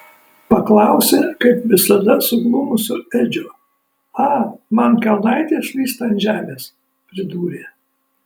paklausė kaip visada suglumusio edžio a man kelnaitės slysta ant žemės pridūrė